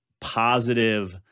positive